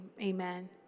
amen